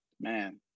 man